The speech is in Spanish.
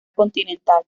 continental